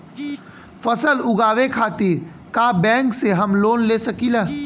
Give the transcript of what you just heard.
फसल उगावे खतिर का बैंक से हम लोन ले सकीला?